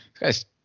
guy's